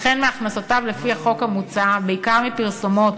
וכן מהכנסותיו לפי החוק המוצע בעיקר מפרסומות,